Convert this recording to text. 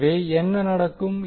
எனவே என்ன நடக்கும்